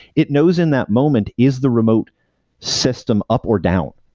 it knows in that moment is the remote system up or down?